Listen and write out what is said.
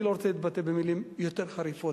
אני לא רוצה להתבטא במלים יותר חריפות,